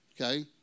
Okay